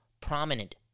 prominent